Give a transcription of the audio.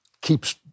keeps